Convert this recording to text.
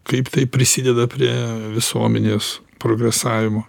kaip tai prisideda prie visuomenės progresavimo